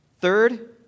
third